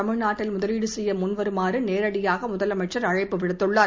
தமிழ்நாட்டில் முதலீடு செய்ய முன்வருமாறு நேரடியாக முதலமைச்சர் அழைப்பு விடுத்துள்ளார்